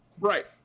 right